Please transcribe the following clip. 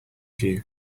view